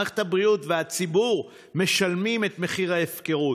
מערכת הבריאות והציבור משלמים את מחיר ההפקרות.